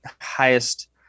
highest